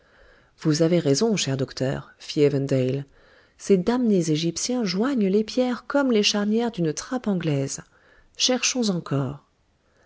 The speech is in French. vous avez raison cher docteur fit evandale ces damnés égyptiens joignent les pierres comme les charnières d'une trappe anglaise cherchons encore